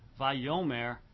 Va'yomer